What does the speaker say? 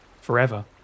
forever